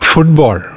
Football